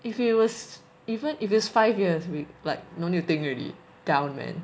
if it was even if it's five years we like no need to think already down man